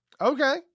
okay